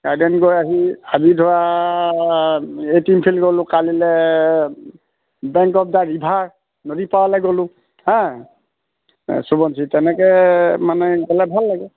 garden গৈ আহি আজি ধৰা এই টিম ফিল্ড গ'লোঁ কালিলৈ বেংক অফ দা ৰিভাৰ নদী পাৰলৈ গলোঁ হাঁ সুভনজিত তেনেকৈ মানে গ'লে ভাল লাগে